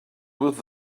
with